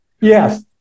Yes